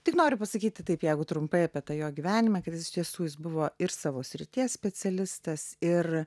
tik noriu pasakyti taip jeigu trumpai apie tą jo gyvenimą kad iš tiesų jis buvo ir savo srities specialistas ir